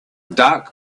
dark